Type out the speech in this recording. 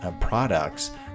products